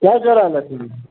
कए जोड़ा लेथिन